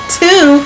two